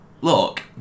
look